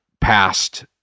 past